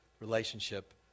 relationship